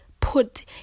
put